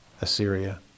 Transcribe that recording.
Assyria